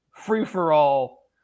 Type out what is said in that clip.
free-for-all